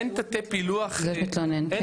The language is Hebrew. אין תתי-פילוח --- זהות מתלונן, כן.